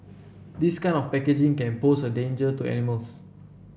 this kind of packaging can pose a danger to animals